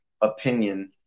opinion